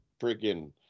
freaking